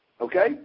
Okay